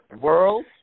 world